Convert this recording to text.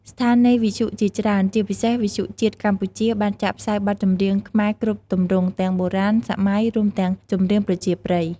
ស្ថានីយវិទ្យុជាច្រើន ជាពិសេសវិទ្យុជាតិកម្ពុជា បានចាក់ផ្សាយបទចម្រៀងខ្មែរគ្រប់ទម្រង់ ទាំងបុរាណ សម័យ រួមទាំងចម្រៀងប្រជាប្រិយ។